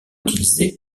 utilisée